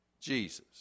Jesus